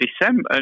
December